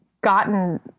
gotten